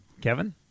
Kevin